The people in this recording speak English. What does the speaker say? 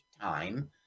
time